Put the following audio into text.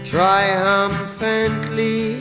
Triumphantly